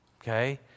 Okay